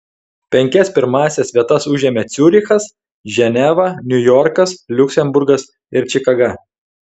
penkias pirmąsias vietas užėmė ciurichas ženeva niujorkas liuksemburgas ir čikaga